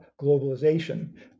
globalization